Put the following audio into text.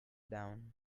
down